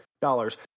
dollars